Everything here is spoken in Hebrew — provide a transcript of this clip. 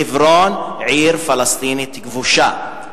חברון היא עיר פלסטינית כבושה.